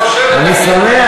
אני שמח,